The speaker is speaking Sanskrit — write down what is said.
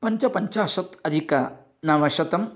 पञ्चपञ्चाशत् अधिकनवशतम्